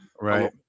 right